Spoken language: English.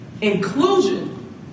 inclusion